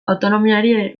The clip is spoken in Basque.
autonomiari